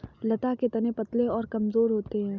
लता के तने पतले और कमजोर होते हैं